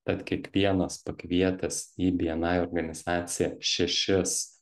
tad kiekvienas pakvietęs į bni organizaciją šešis